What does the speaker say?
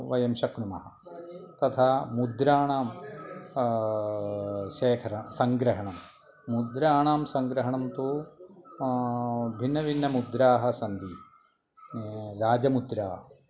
वयं शक्नुमः तथा मुद्राणां शेखर सङ्ग्रहणं मुद्राणां सङ्ग्रहणं तु भिन्नभिन्नमुद्राः सन्ति राजमुद्रा